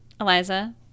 Eliza